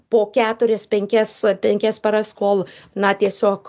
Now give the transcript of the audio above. po keturias penkias penkias paras kol na tiesiog